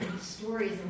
stories